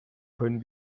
können